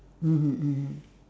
mmhmm mm